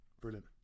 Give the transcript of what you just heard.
brilliant